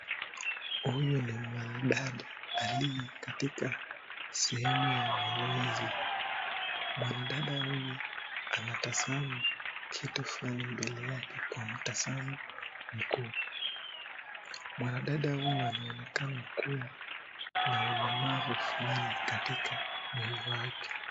Huyu ni mwanadada aliye katika sehemu ya mazoezi, mwanadada huyu anatazama kitu fulani mbele yake kwa mtazamo mkuu. Mwanadada huyu anaonekana kuwa na ulemavu fulani katika mwili wake.